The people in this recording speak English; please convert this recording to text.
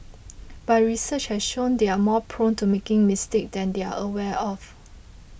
but research has shown they are more prone to making mistakes than they are aware of